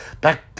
back